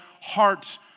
heart